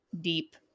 deep